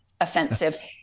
offensive